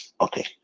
Okay